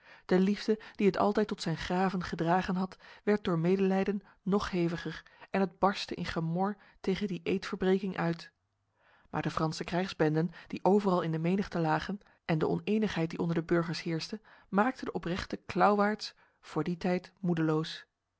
de liefde die het altijd tot zijn graven gedragen had werd door medelijden nog heviger en het barstte in gemor tegen die eedverbreking uit maar de franse krijgsbenden die overal in menigte lagen en de onenigheid die onder de burgers heerste maakte de oprechte klauwaards voor die tijd moedeloos